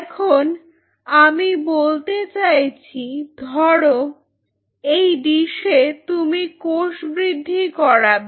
এখন আমি বলতে চাইছি ধরো এই ডিসে তুমি কোষ বৃদ্ধি করাবে